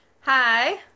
Hi